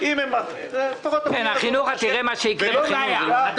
זה לא בעיה.